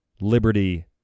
liberty